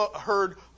heard